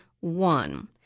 One